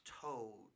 told